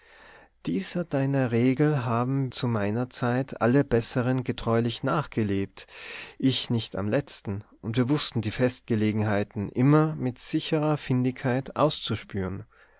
dieser deiner regel haben zu meiner zeit alle besseren getreulich nachgelebt ich nicht am letzten und wir wußten die festgelegenheiten immer mit sicherer findigkeit auszuspüren